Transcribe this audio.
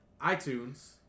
iTunes